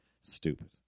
stupid